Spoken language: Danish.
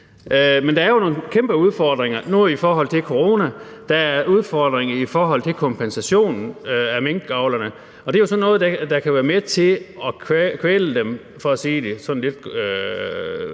Men der er jo nu nogle kæmpe udfordringer i forhold til corona. Der er en udfordring i forhold til kompensation til minkavlerne. Og det er jo sådan noget, der kan være med til at kvæle dem, for at sige det sådan lidt